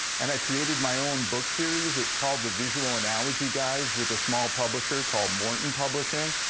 and i created my own book series. it's called the visual analogy guides with a small publisher called morton publishing.